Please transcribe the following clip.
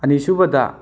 ꯑꯅꯤꯁꯨꯕꯗ